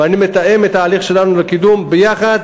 ואני מתאם את ההליך שלנו לקידום ביחד,